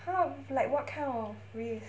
!huh! is like what kind of risk